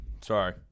Sorry